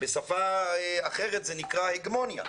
בשפה אחרת, זה נקרא הגמוניה.